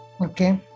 Okay